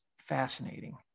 fascinating